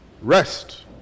rest